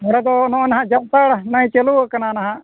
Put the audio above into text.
ᱚᱸᱰᱮ ᱫᱚ ᱱᱚᱜᱼᱚᱭ ᱦᱟᱸᱜ ᱡᱟᱱᱛᱷᱟᱲ ᱱᱚᱜᱼᱚᱭ ᱪᱟᱹᱞᱩᱣᱟᱠᱟᱱᱟ ᱱᱟᱦᱟᱜ